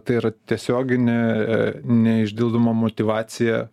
tai yra tiesioginė neišdildoma motyvacija